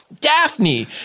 Daphne